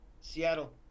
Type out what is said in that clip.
Seattle